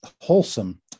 wholesome